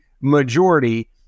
majority